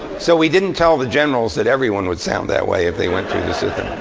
so we didn't tell the generals that everyone would sound that way if they went through the system.